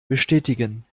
bestätigen